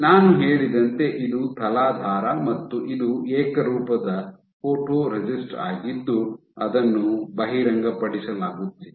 ನಾನು ಹೇಳಿದಂತೆ ಇದು ತಲಾಧಾರ ಮತ್ತು ಇದು ಏಕರೂಪದ ಫೋಟೊರೆಸಿಸ್ಟ್ ಆಗಿದ್ದು ಅದನ್ನು ಬಹಿರಂಗಪಡಿಸಲಾಗುತ್ತಿದೆ